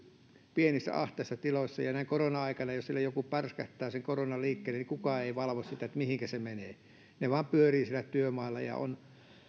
pienissä ahtaissa tiloissa näin korona aikana jos siellä joku pärskähtää sen koronan liikkeelle niin kukaan ei valvo sitä mihinkä se menee he vain pyörivät siellä työmailla ja